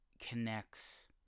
connects